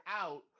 out